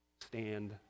stand